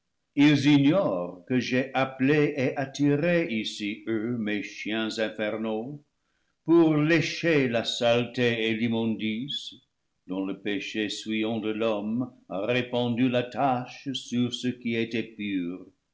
que j'ai appelé et attiré ici eux mes chiens infernaux pour lécher la saleté et l'immondice dont le péché souillant de l'homme a répandu la tache sur ce qui était pur